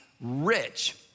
rich